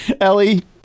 Ellie